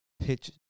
Pitch